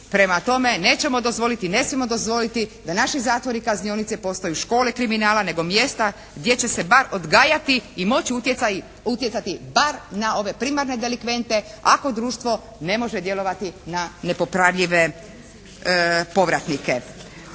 Prema tome nećemo dozvoliti, ne smijemo dozvoliti da naši zatvori i kaznionice postaju škole kriminala nego mjesta gdje će se bar odgajati i moći utjecati bar na ove primarne delikvente ako društvo ne može djelovati na nepopravljive povratnike.